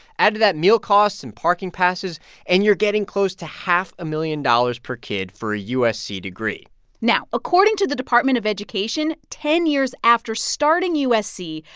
add to that meal costs and parking passes and you're getting close to half a million dollars per kid for a usc degree now, according to the department of education, ten years after starting usc,